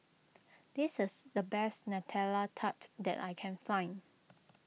this is the best Nutella Tart that I can find